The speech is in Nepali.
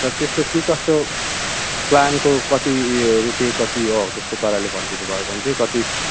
र त्यसको के कस्तो प्लानको कति रुपियाँ कति हो त्यस्तो पाराले भनिदिनु भयो भने चाहिँ कति